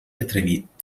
atrevit